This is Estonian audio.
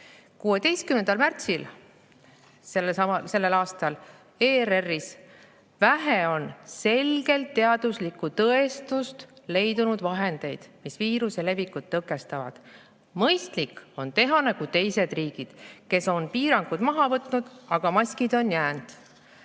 16. märtsil sellel aastal ERR-is: "Vähe on selgelt teaduslikku tõestust leidnud vahendeid, mis viiruse levikut tõkestavad. [---] Mõistlik on teha nagu teised riigid, kes on piirangud maha võtnud, aga maskid on jäänud."